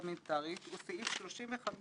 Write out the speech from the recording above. והנחת דוח על שולחן הכנסת.